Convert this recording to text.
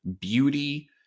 beauty